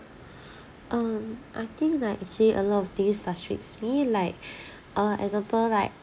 um I think like here's a lot of things frustrates me like uh example like